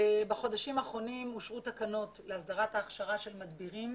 בחודשים האחרונים אושרו תקנות להסדרת ההכשרה של מדבירים,